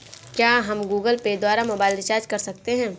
क्या हम Google Pay द्वारा मोबाइल रिचार्ज कर सकते हैं?